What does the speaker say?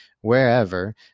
wherever